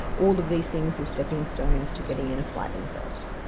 all of these things are stepping stones to getting in a flight themselves.